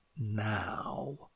now